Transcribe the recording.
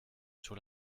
sur